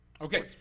Okay